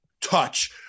touch